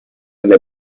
alle